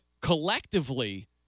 collectively